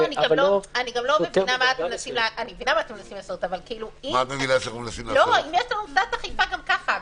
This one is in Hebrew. אני מבינה מה אתם מנסים לעשות אבל יש בעיית אכיפה גם כך.